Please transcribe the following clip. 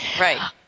Right